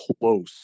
close